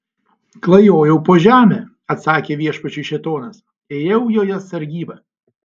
klajojau po žemę atsakė viešpačiui šėtonas ėjau joje sargybą